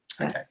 Okay